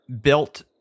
built